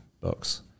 books